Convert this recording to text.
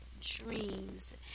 dreams